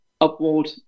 upward